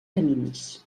camins